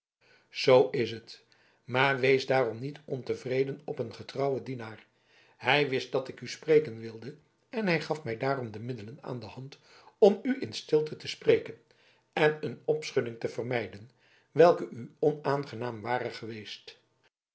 zoo is t maar wees daarom niet ontevreden op een getrouwen dienaar hij wist dat ik u spreken wilde en hij gaf mij daarom de middelen aan de hand om u in stilte te spreken en een opschudding te vermijden welke u onaangenaam ware geweest